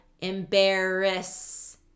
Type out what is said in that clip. Embarrass